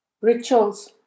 rituals